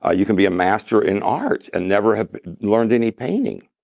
ah you can be a master in art and never have learned any painting.